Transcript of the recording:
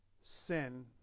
sin